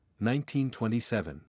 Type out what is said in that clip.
1927